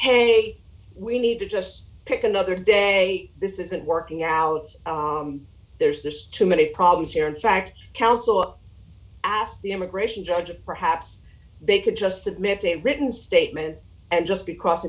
hey we need to just pick another day this isn't working out there's there's too many problems here in fact counsel asked the immigration judge perhaps they could just submit a written statement and just be cross